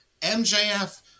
MJF